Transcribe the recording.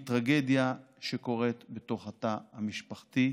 מטרגדיה שקורית בתוך התא המשפחתי,